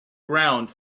ground